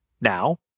Now